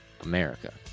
America